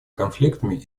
конфликтами